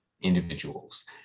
individuals